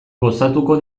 gozatuko